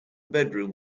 bedroom